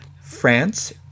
France